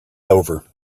over